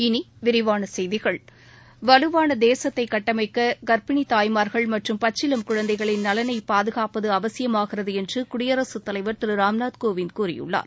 இனிவிரிவான செய்திகள் வலுவான தேசத்தை கட்டமைக்க காப்பிணி பெண்கள் மற்றும் பச்சிளம் குழந்தைகளின் நலனை பாதுகாப்பது அவசியமாகிறது என்று குடியரசு தலைவர் திரு ராம்நாத் கோவிந்த் கூறியுள்ளார்